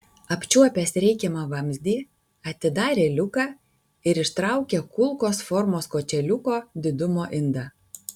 apčiuopęs reikiamą vamzdį atidarė liuką ir ištraukė kulkos formos kočėliuko didumo indą